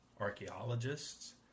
archaeologists